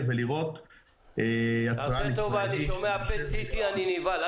ולראות יצרן ישראלי שמייצר --- אני שומע PET CT אני נבהל.